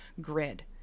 grid